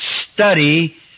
study